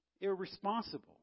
Irresponsible